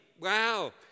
wow